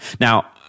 Now